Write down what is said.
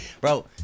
Bro